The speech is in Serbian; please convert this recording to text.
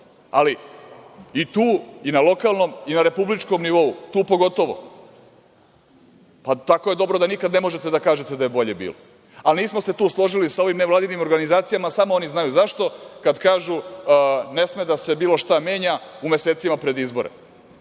ali i tu i na lokalnom i na republičkom nivou, tu pogotovo, tako je dobro da nikad ne možete da kažete da je bolje bilo. Nismo se tu složili sa ovim nevladinim organizacijama, samo oni znaju zašto, kada kažu – ne sme da se bilo šta menja u mesecima pred izbore,